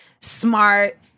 smart